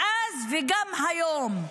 מאז וגם היום.